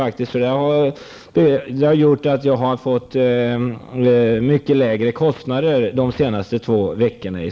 Det har gjort att jag har fått mycket lägre kostnader de senaste två veckorna i